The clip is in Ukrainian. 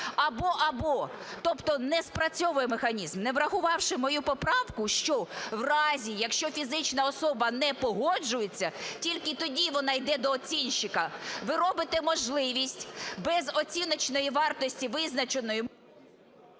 або. Тобто не спрацьовує механізм. Не врахувавши мою поправку, що в разі, якщо фізична особа не погоджується, тільки тоді вона йде до оцінщика, ви робите можливість без оціночної вартості визначеної… ГОЛОВУЮЧИЙ.